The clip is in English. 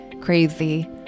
crazy